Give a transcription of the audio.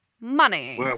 Money